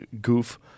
goof